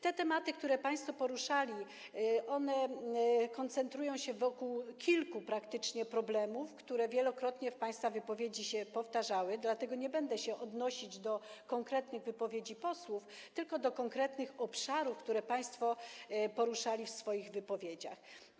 Te tematy, które państwo poruszali, koncentrują się wokół kilku praktycznie problemów, i wielokrotnie w państwa wypowiedziach się powtarzały, dlatego będę się odnosić nie do konkretnych wypowiedzi posłów, tylko do konkretnych obszarów, tego, co państwo podnosili w swoich wypowiedziach.